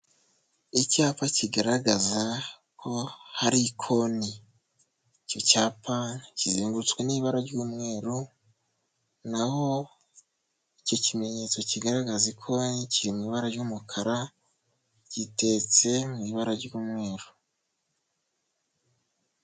Icyapa kigaragaza ko hari ikoni. Icyo cyapa kizengurutswe n'ibara ry'umweru, naho iki kimenyetso kigaragaza ikoni kiri mu ibara ry'umukara, gitetse mu ibara ry'umweru.